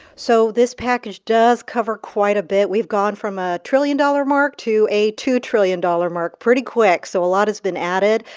so this package does cover quite a bit. we've gone from a trillion-dollar mark to a two-trillion-dollar mark pretty quick, so a lot has been added.